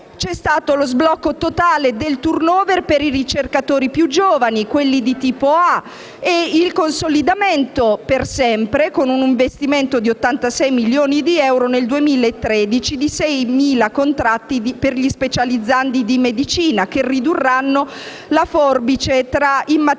sono stati lo sblocco totale del *turnover* per i ricercatori più giovani, quelli di tipo A, e il consolidamento per sempre, con un investimento di 86 milioni di euro nel 2013, di 6.000 contratti per gli specializzandi di medicina, che ridurranno la forbice tra immatricolati